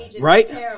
Right